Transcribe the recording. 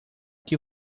que